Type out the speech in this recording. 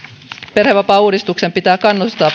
perhevapaauudistuksen pitää kannustaa